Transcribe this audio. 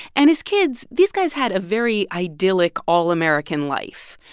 and as kids, these guys had a very idyllic, all-american life.